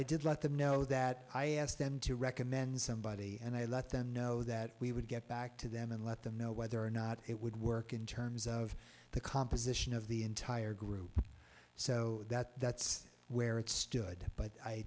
i did let them know that i asked them to recommend somebody and i let them know that we would get back to them and let them know whether or not it would work in terms of the composition of the entire group so that that's where it stood but i